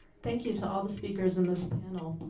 thank you to all the speakers in this panel.